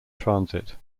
transit